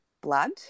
blood